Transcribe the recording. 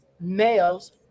males